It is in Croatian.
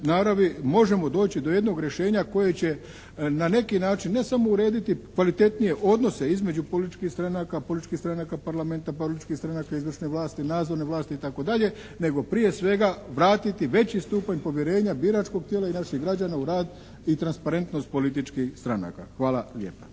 naravi možemo doći do jednog rješenja koje će na neki način ne samo urediti kvalitetnije odnose između političkih stranaka, političkih stranaka Parlamenta, političkih stranaka izvršne vlasti, nadzorne vlasti itd., nego prije svega vratiti veći stupanj povjerenja biračkog tijela i naših građana u rad i transparentnost političkih stranaka. Hvala lijepa.